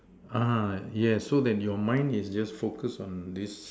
uh yes so then your mind is just focused on this